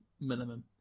minimum